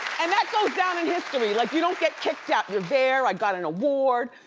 and that goes down in history like you don't get kicked out. you're there i got an award.